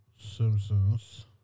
Simpsons